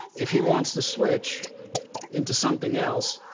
if he wants to switch into something else,